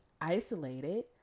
isolated